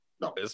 no